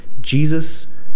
Jesus